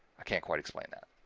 i can't quite explain that.